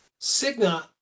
Cigna